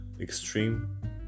extreme